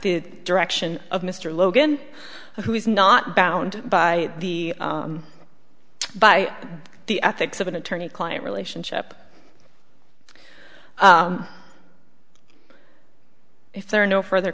the direction of mr logan who is not bound by the by the ethics of an attorney client relationship if there are no further